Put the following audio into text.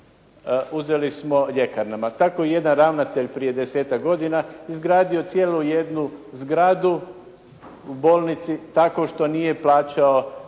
uzeli ljekarnama. Tako je jedan ravnatelj prije 10-tak godina izgradio cijelu jednu zgradu u bolnici tako što nije plaćao veledrogerijama